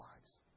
lives